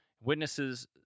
Witnesses